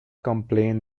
complain